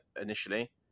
initially